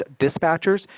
dispatchers